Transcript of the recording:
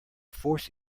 force